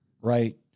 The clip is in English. right